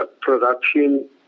production